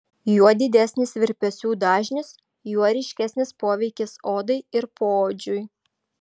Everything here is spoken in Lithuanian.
juo didesnis virpesių dažnis juo ryškesnis poveikis odai ir poodžiui